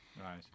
right